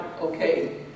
Okay